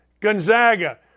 Gonzaga